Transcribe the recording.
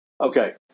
Okay